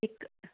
एक